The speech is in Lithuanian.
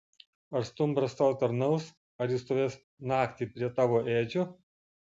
ar stumbras tau tarnaus ar jis stovės naktį prie tavo ėdžių